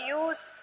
use